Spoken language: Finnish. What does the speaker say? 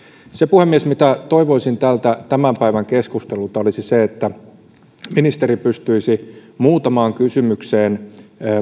se puhemies mitä toivoisin tältä tämän päivän keskustelulta olisi se että ministeri pystyisi muutamaan kysymykseen